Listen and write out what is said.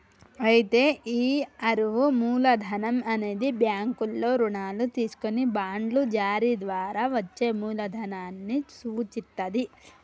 అయితే ఈ అరువు మూలధనం అనేది బ్యాంకుల్లో రుణాలు తీసుకొని బాండ్లు జారీ ద్వారా వచ్చే మూలదనాన్ని సూచిత్తది